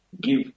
give